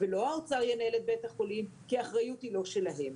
ולא האוצר ינהל את בית החולים - כי האחריות היא לא שלהם.